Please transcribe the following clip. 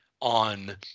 on